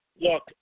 look